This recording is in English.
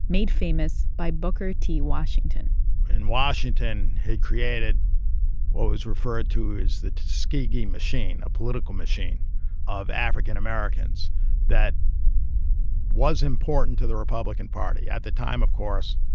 made famous by booker t. washington and washington had created what was referred to as the tuskegee machine, a political machine of african americans that was important to the republican party. at the time, of course,